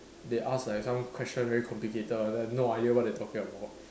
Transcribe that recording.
they ask like some question very complicated one I have no idea what they are talking about